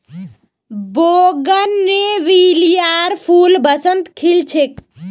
बोगनवेलियार फूल बसंतत खिल छेक